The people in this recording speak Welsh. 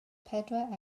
pedwar